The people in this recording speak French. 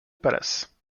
palace